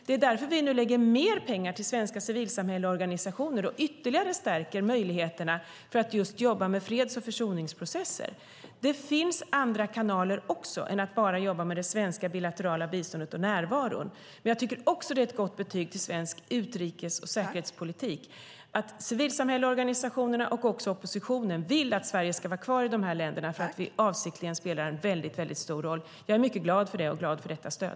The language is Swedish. Det är därför vi nu lägger mer pengar till svenska civilsamhällesorganisationer och ytterligare stärker möjligheterna för att just jobba med freds och försoningsprocesser. Det finns också andra kanaler än att bara jobba med det svenska bilaterala biståndet och närvaron. Men jag tycker att det är ett gott betyg till svensk utrikes och säkerhetspolitik att civilsamhällesorganisationerna och också oppositionen vill att Sverige ska vara kvar i de här länderna eftersom vi avsiktligen spelar en mycket stor roll. Jag är mycket glad för det och glad för detta stöd.